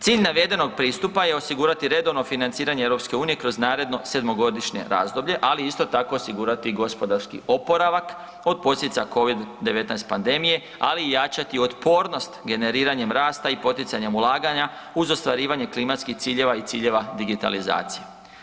Cilj navedenog pristupa je osigurati redovno financiranje EU kroz naredno sedmogodišnje razdoblje, ali isto tako osigurati i gospodarski oporavak od posljedica covid-19 pandemije, ali i jačati otpornost generiranjem rasta i poticanjem ulaganja uz ostvarivanje klimatskih ciljeva i ciljeva digitalizacije.